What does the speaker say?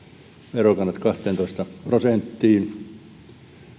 verokannat kahteentoista prosenttiin